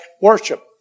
worship